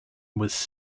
was